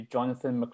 Jonathan